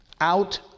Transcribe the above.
Out